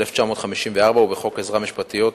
התשי"ד 1954, ובחוק עזרה משפטית